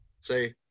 say